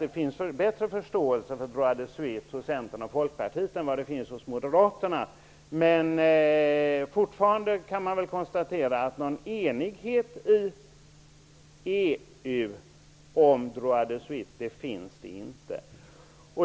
Det finns bättre förståelse för ''droit de suite'' hos Centern och Folkpartiet än vad det finns hos Moderaterna. Men det finns fortfarande inte någon enighet i EU om ''droit de suite''.